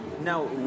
Now